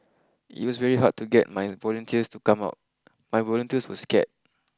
it was very hard to get my volunteers to come out my volunteers were scared